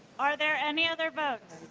are there any other votes?